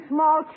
Small